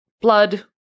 blood